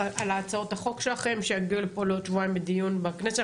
על הצעות החוק שלכם שיגיעו לפה עוד שבועיים לדיון בכנסת.